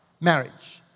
marriage